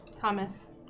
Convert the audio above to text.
Thomas